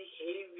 behavior